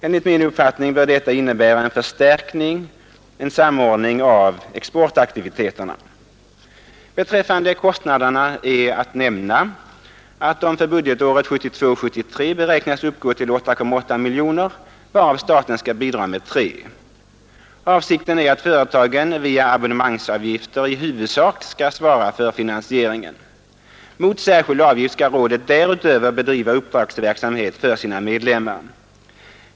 Enligt min uppfattning bör detta innebära förstärkning och samordning av exportaktiviteterna. Beträffande kostnaderna är att nämna att de för budgetåret 1972/73 beräknas uppgå till 8,8 miljoner kronor, varav staten skall bidra med 3 miljoner. Avsikten är att företagen via abonnemangsavgifter i huvudsak skall svara för finansieringen. Mot särskild avgift skall rådet därutöver bedriva uppdragsverksamhet för sina medlemmar.